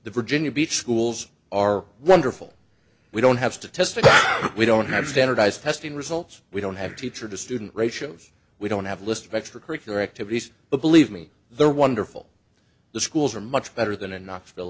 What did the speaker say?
the virginia beach schools are wonderful we don't have to test if we don't have standardized testing results we don't have teacher to student ratio of we don't have a list of extracurricular activities but believe me they're wonderful the schools are much better than in knoxville